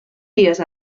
dies